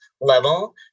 level